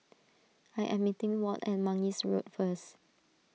I am meeting Walt at Mangis Road first